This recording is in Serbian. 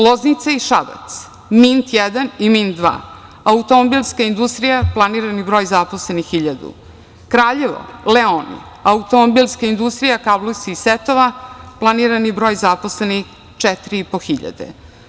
Loznica i Šabac, „Mint-1“ i „Mint-2“, automobilska industrija, planirani broj zaposlenih 1.000, Kraljevo, „Leoni“ automobilska industrija kablovskih setova, planirani broj zaposlenih 4.500.